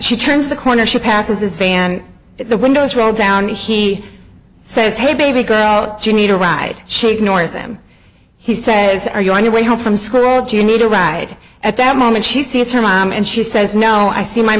she turns the corner she passes his band the windows rolled down he says hey baby girl you need a ride she ignores them he says are you on your way home from school do you need a ride at that moment she sees her mom and she says no i see my